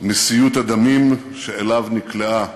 מסיוט הדמים שאליו נקלעה